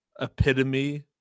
epitome